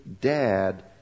Dad